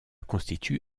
constitue